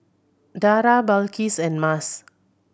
Dara Balqis and Mas